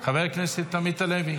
חבר הכנסת עמית הלוי